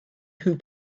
who